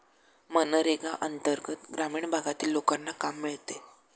मनरेगा अंतर्गत ग्रामीण भागातील लोकांना काम मिळते